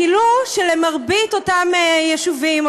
גילו שלרוב אותם יישובים,